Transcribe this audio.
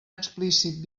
explícit